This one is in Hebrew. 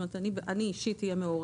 כלומר, אני, אישית, אהיה מעורבת.